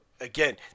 again